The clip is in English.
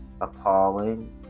appalling